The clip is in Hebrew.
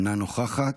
אינה נוכחת,